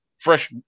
Fresh